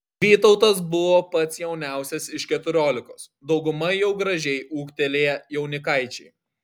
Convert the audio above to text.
vytautas buvo pats jauniausias iš keturiolikos dauguma jau gražiai ūgtelėję jaunikaičiai